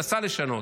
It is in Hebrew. או מנסה לשנות.